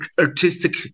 artistic